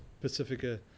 Pacifica